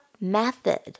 method